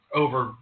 over